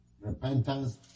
Repentance